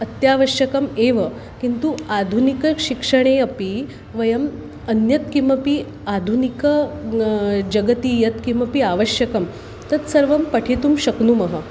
अत्यावश्यकम् एव किन्तु आधुनिकशिक्षणे अपि वयम् अन्यत् किमपि आधुनिक जगति यत्किमपि आवश्यकं तत्सर्वं पठितुं शक्नुमः